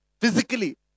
physically